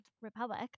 republic